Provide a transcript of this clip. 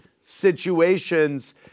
situations